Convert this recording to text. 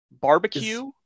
Barbecue